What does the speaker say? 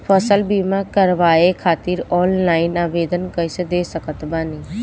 फसल बीमा करवाए खातिर ऑनलाइन आवेदन कइसे दे सकत बानी?